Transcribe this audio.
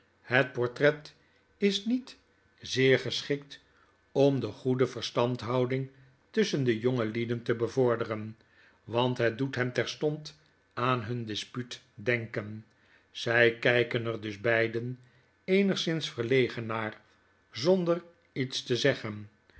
het portret is niet zeer geschikt om de goede verstandhouding tusschen de jongelieden te bevorderen want net doet hen terstond aan hun dispuut denken zy kijken er dus beiden eenigszins verlegen naar zonder iets te zeggen